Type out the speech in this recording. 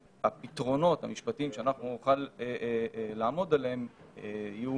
הפתרונות המשפטיים שאנחנו נוכל לעמוד עליהם יהיו